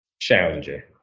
Challenger